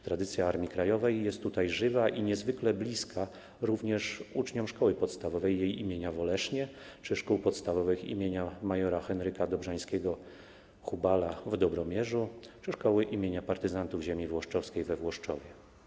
Tradycja Armii Krajowej jest tutaj żywa i niezwykle bliska również uczniom szkoły podstawowej jej imienia w Olesznie czy szkół podstawowych im. mjr. Henryka Dobrzańskiego „Hubala” w Dobromierzu, czy szkoły im. Partyzantów Ziemi Włoszczowskiej we Włoszczowie.